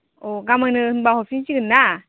अ गामोनो होनब्ला हरफिनसिगोन ना